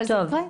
אבל זה יקרה.